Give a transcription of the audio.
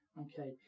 Okay